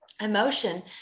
emotion